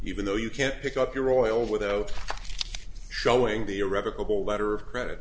even though you can't pick up your oil without showing the irrevocable letter of credit